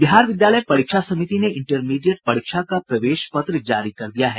बिहार विद्यालय परीक्षा समिति ने इंटरमीडिएट परीक्षा का प्रवेश पत्र जारी कर दिया है